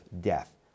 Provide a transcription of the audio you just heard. death